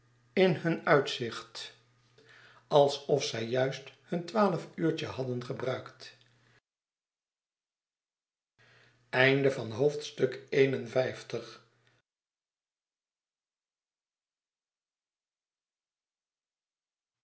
in hun uitzicht alsof zij juist hun twaalf-uurtje hadden gebruikt